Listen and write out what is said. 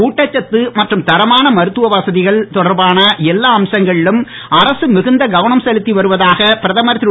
ஊட்டசத்து மற்றும் தரமான மருத்துவ வசதிகள் தொடர்பான எல்லா அம்சங்களிலும் அரசு மிகுந்த கவனம் செலுத்தி வருவதாக பிரதமர் திரு